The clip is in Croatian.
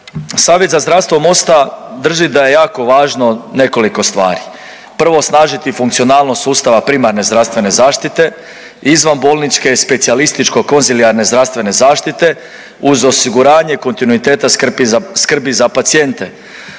Savjet za zdravstvo Mosta drži da je jako važno nekoliko stvari. Prvo, osnažiti funkcionalnost sustava primarne zdravstvene zaštite, izvanbolničke, specijalističke konzilijarne zdravstvene zaštite, uz osiguranje kontinuiteta skrbi za pacijente,